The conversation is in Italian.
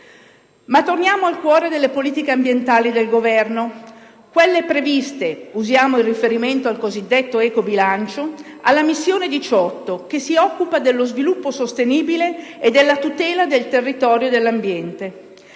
Ma torniamo al cuore delle politiche ambientali del Governo, quelle previste - usiamo il riferimento al cosiddetto ecobilancio - per la missione 18, che si occupa dello sviluppo sostenibile e della tutela del territorio dell'ambiente.